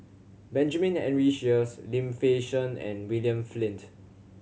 Benjamin Henry Sheares Lim Fei Shen and William Flint